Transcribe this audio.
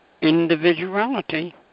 individuality